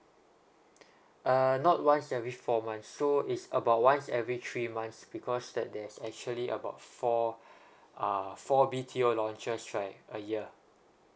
uh not once every four month so is about once every three months because that there's actually about four uh four B_T_O launches right a year